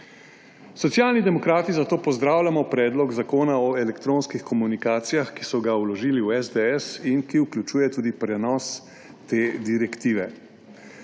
Socialni demokrati zato pozdravljamo Predlog Zakona o elektronskih komunikacijah, ki so ga vložili v SDS in vključuje tudi prenos te direktive.